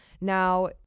Now